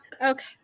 okay